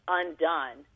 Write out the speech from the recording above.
undone